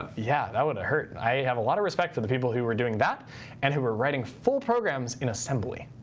yeah, that would have hurt. and i have a lot of respect for the people who were doing that and who were writing full programs in assembly.